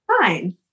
fine